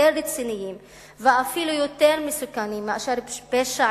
יותר רציניים ואפילו יותר מסוכנים מאשר פשע